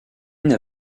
n’a